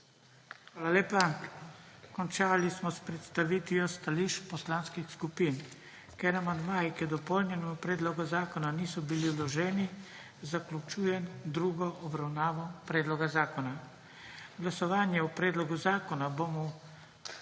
Hvala lepa. Končali smo s predstavitvijo stališče poslanskih skupin. Ker amandmaji k dopolnjenemu predlogu zakona niso bili vloženi, zaključujem drugo obravnavo predloga zakona. Glasovanje o predlogu zakona bomo